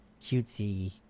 cutesy